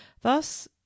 thus